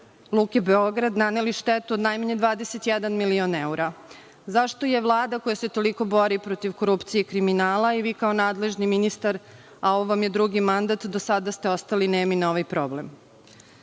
Luke Beograd naneli štetu najmanje 21 milion evra. Zašto je Vlada koja se toliko bori protiv korupcije i kriminala i vi kao nadležni ministar, a ovo vam je drugi mandat, do sada ste ostali nemi na ovaj problem? Čemu